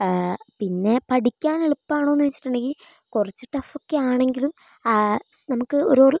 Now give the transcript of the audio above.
പിന്നെ പഠിക്കാന് എളുപ്പമാണോയെന്ന് ചോദിച്ചിട്ടുണ്ടെങ്കിൽ കുറച്ച് ടഫ് ഒക്കെ ആണെങ്കിലും ആ നമുക്ക് ഒരു